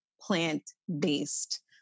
plant-based